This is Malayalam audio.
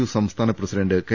യു സംസ്ഥാന പ്രസിഡന്റ് കെ